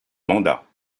mandat